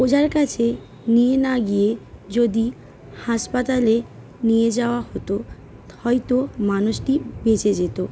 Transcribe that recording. ওজার কাছে নিয়ে না গিয়ে যদি হাসপাতালে নিয়ে যাওয়া হতো হয়তো মানুষটি বেঁচে যেত